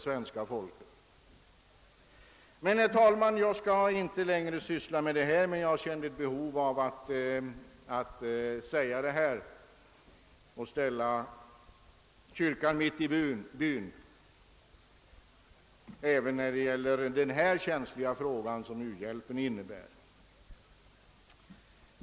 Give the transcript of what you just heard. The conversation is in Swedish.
Men, herr talman, jag skall inte längre syssla med detta. Jag kände ett behov av att framföra dessa synpunkter och så att säga ställa kyrkan mitt i byn även när det gäller den känsliga fråga som u-hjälpen innebär.